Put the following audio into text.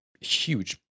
huge